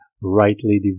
rightly